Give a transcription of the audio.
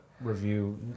review